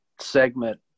segment